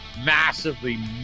massively